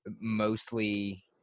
mostly